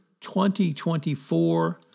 2024